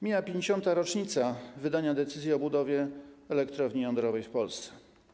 Mija 50. rocznica wydania decyzji o budowie elektrowni jądrowej w Polsce.